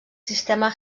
sistema